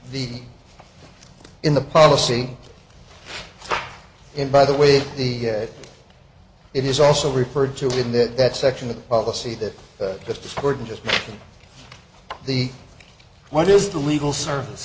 the in the policy and by the way the it is also referred to in that section of the policy that if this were just the what is the legal service